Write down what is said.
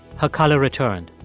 her color returned.